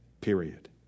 Period